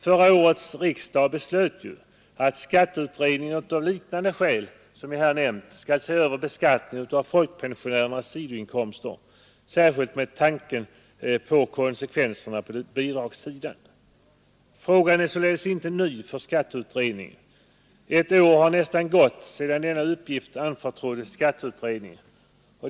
Förra årets riksdag beslöt ju att skatteutredningen av liknande skäl som jag här nämnt skall se över beskattningen av folkpensionärernas sidoinkomster, särskilt med tanke på konsekvenserna på bidragssidan. Frågan är således inte ny för skatteutredningen. Ett år har nästan gått sedan denna uppgift anförtroddes skatteutredningen.